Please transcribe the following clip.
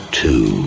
two